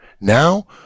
now